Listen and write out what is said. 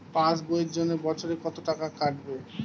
Pass বইয়ের জন্য বছরে কত টাকা কাটবে?